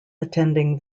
attending